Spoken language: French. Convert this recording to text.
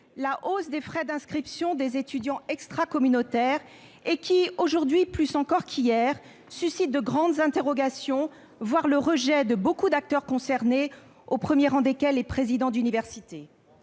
la hausse des frais d'inscription des étudiants extra-communautaires, qui, aujourd'hui plus encore qu'hier, suscite de grandes interrogations, voire le rejet de nombreux acteurs concernés, au premier rang desquels les présidents d'université.